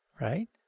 Right